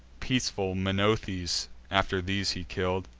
peaceful menoetes after these he kill'd,